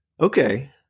Okay